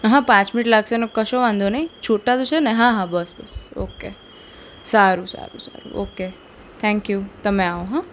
હા પાંચ મિનિટ લાગશે એનો કશો વાંધો નહીં છૂટા તો છે ને હા હા બસ બસ ઓકે સારું સારું સારું ઓકે થેન્ક્યુ તમે આવો હં